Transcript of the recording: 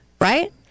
right